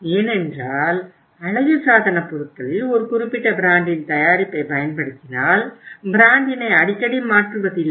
ஏனென்றால் அழகுசாதனப் பொருட்களில் ஒரு குறிப்பிட்ட பிராண்டின் தயாரிப்பைப் பயன்படுத்தினால் பிராண்டினை அடிக்கடி மாற்றுவதில்லை